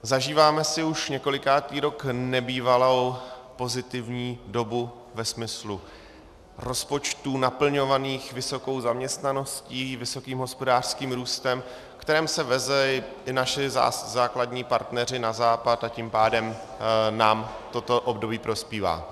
Zažíváme si už několikátý rok nebývalou pozitivní dobu ve smyslu rozpočtů naplňovaných vysokou zaměstnaností, vysokým hospodářským růstem, ve kterém se vezou i naši základní partneři na Západ, a tím pádem nám toto období prospívá.